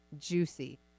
juicy